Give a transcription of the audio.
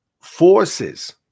forces